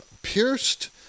pierced